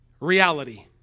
Reality